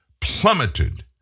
plummeted